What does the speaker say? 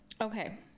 Okay